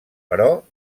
però